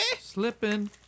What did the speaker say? Slipping